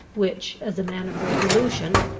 which, as a man of resolution,